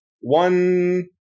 one